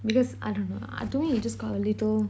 because I dunno I to me it just got a little